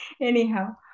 Anyhow